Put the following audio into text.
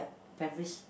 primary